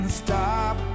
stop